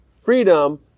freedom